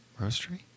Roastery